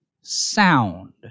sound